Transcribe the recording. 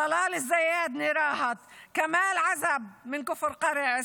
טלאל אלזיידנה מרהט; קמאל עזב מכפר קרע,